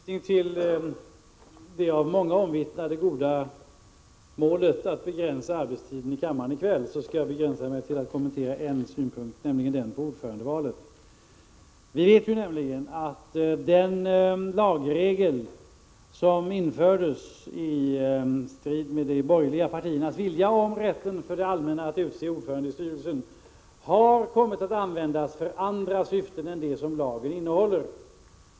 Herr talman! Med hänvisning till det av många omvittnade goda målet att begränsa kammarens arbetstid i kväll skall jag kommentera endast en av de synpunkter Åke Wictorsson framförde, nämligen den som gällde ordförandevalet. Vi vet att den lagregel som i strid med de borgerliga partiernas vilja infördes om rätt för det allmänna att utse ordförande i styrelserna för affärsbankerna har kommit att användas för andra syften än det som lagen avser.